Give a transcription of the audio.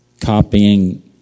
copying